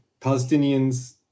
Palestinians